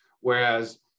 Whereas